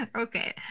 Okay